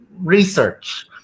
research